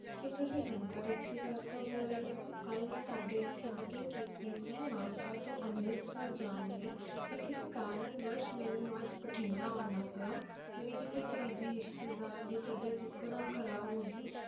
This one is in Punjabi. ਕੀ ਤੁਸੀਂ ਜਨਤਾ ਟੈਕਸੀ ਘਰ ਤੋਂ ਬੋਲ ਰਹੇ ਹੋ ਕੱਲ੍ਹ ਮੈਂ ਤੁਹਾਡੇ ਇੱਥੇ ਬੁਕਿੰਗ ਕੀਤੀ ਸੀ ਮਾਨਸਾ ਤੋਂ ਅੰਮ੍ਰਿਤਸਰ ਜਾਣ ਲਈ ਪਰ ਕਿਸੇ ਕਾਰਨ ਵਰਸ਼ ਮੈਨੂੰ ਅੱਜ ਬਠਿੰਡਾ ਆਉਣਾ ਪਿਆ ਮੇਰੇ ਕਿਸੇ ਕਰੀਬੀ ਰਿਸ਼ਤੇਦਾਰ ਦੀ ਤਬੀਅਤ ਇੱਕੋ ਦਮ ਖਰਾਬ ਹੋ ਗਈ